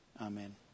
Amen